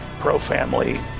pro-family